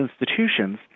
institutions